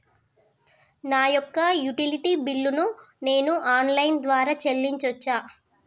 నా యొక్క utility bill ను నేను ఆన్ లైన్ ద్వారా చెల్లించొచ్చా?